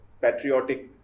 patriotic